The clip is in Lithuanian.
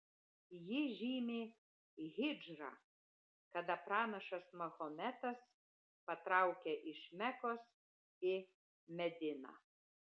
ji žymi hidžrą kada pranašas mahometas patraukė iš mekos į mediną